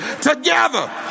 Together